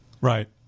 Right